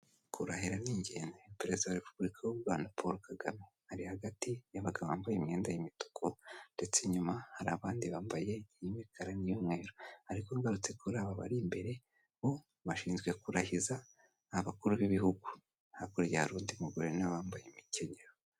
Kurahira ni ingenzi, perezida wa repubulika y'u Rwanda Poro Kagame, ari hagati y'abagabo bambaye imyenda y'imituku, ndetse inyuma hari abandi bambaye iy'imikara n'iy'umweru, ariko ngarutse kuri aba bari imbere bashinzwe kurahiza abakuru b'ibihugu, hakurya hari undi mugore nawe wambaye umukenyero.